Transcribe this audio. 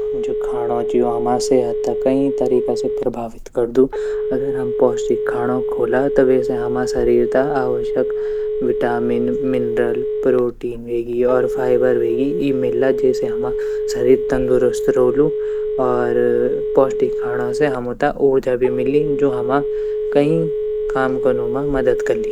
जू खाणों ची ऊ हमा सेहत त कही तरीक़ा से प्रभावित करदू अगर हम पोस्टिक खाणों खोला त वे से हमा शरीर त आवश्यक विटामिन मिनरल्स प्रोटीन वेगी और फाइबर वेगी ई मिला जेसे हमा शरीर तंदुरुस्त रोलू और पोस्टिक खाणों से हमू त ऊर्जा भी मिली जू हमा कई काम कन म मदद कली।